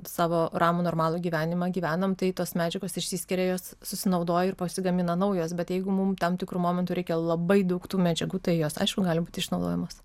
savo ramų normalų gyvenimą gyvenam tai tos medžiagos išsiskiria jos susinaudoja ir pasigamina naujos bet jeigu mum tam tikru momentu reikia labai daug tų medžiagų tai jos aišku gali būti išnaudojamos